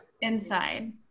Inside